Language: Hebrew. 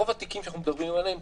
רוב התיקים שאנחנו מדברים עליהם,